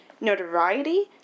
notoriety